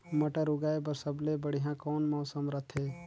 मटर उगाय बर सबले बढ़िया कौन मौसम रथे?